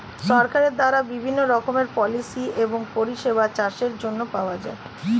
সরকারের দ্বারা বিভিন্ন রকমের পলিসি এবং পরিষেবা চাষের জন্য পাওয়া যায়